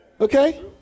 Okay